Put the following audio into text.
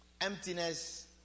emptiness